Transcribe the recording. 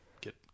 get